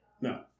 No